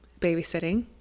babysitting